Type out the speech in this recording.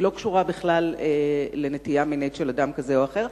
והיא לא קשורה בכלל לנטייה מינית של אדם כזה או אחר.